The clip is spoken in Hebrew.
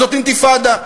זאת אינתיפאדה,